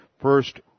first